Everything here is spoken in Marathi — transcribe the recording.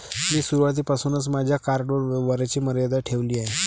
मी सुरुवातीपासूनच माझ्या कार्डवर व्यवहाराची मर्यादा ठेवली आहे